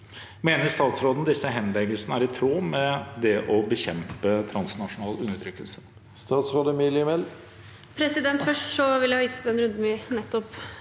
Mener statsråden disse henleggelsene er i tråd med det å bekjempe transnasjonal undertrykkelse?»